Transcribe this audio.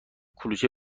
کلوچه